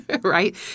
Right